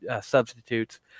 substitutes